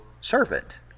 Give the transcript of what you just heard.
servant